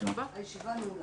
הישיבה נעולה.